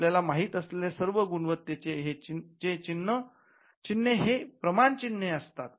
आपल्याला माहित असलेले सर्व गुणवत्तेचे चिन्हे हे प्रमाण चिन्हे असतात